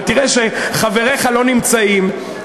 ותראה שחבריך לא נמצאים,